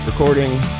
Recording